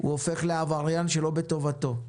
הוא הופך לעבריין שלא בטובתו.